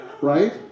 right